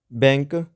bank